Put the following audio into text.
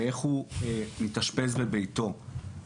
ואיך הוא מתאשפז בביתו.